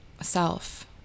self